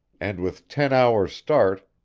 and with ten hours' start,